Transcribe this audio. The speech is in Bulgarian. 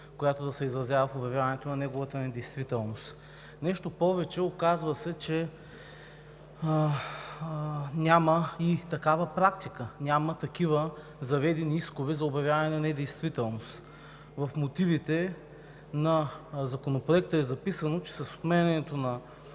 която да се изразява в обявяването на неговата недействителност. Нещо повече – оказва се, че няма и такава практика, няма такива заведени искове за обявяване на недействителност. В мотивите на Законопроекта е записано, че с отменянето на